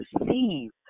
receive